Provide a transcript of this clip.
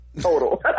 total